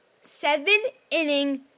Seven-inning